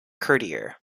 courtier